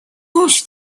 ночь